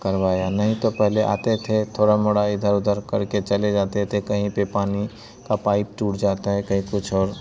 करवाया नहीं तो पहले आते थे थोड़ा मोड़ा इधर उधर करके चले जाते थे कहीं पर पानी का पाइप टूट जाता है कहीं कुछ और